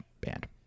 band